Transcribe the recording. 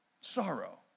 Sorrow